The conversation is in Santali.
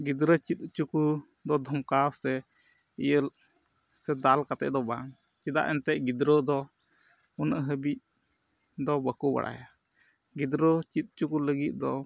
ᱜᱤᱫᱽᱨᱟᱹ ᱪᱮᱫ ᱦᱚᱪᱚ ᱠᱚ ᱫᱚ ᱫᱷᱚᱢᱠᱟᱣ ᱥᱮ ᱤᱭᱟᱹ ᱥᱮ ᱫᱟᱞ ᱠᱟᱛᱮᱫ ᱫᱚ ᱵᱟᱝ ᱪᱮᱫᱟᱜ ᱮᱱᱛᱮᱫ ᱜᱤᱫᱽᱟᱹ ᱫᱚ ᱩᱱᱟᱹᱜ ᱦᱟᱹᱵᱤᱡ ᱫᱚ ᱵᱟᱠᱚ ᱵᱟᱲᱟᱭᱟ ᱜᱤᱫᱽᱨᱟᱹ ᱪᱮᱫ ᱦᱚᱪᱚ ᱠᱚ ᱞᱟᱹᱜᱤᱫ ᱫᱚ